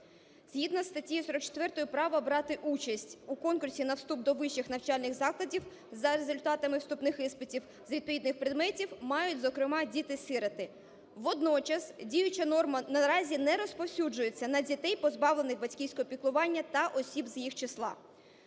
Згідно статті 44 право брати участь у конкурсі на вступ до вищих навчальних закладів за результатами вступних іспитів з відповідних предметів мають, зокрема, діти-сироти. Водночас діюча норма наразі не розповсюджується на дітей, позбавлених батьківського піклування та осіб з їх числа.